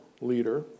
leader